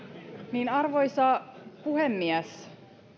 arvoisa puhemies